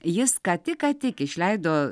jis ką tik ką tik išleido